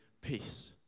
peace